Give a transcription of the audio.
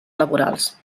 laborals